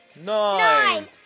Nine